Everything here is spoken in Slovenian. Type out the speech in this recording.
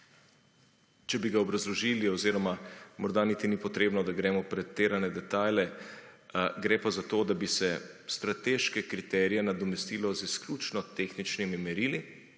Če bi ga obrazložili oziroma morda niti ni potrebno, da gremo v pretirane detajle gre pa za to, da bi se strateške kriterije nadomestilo z izključno tehničnimi merili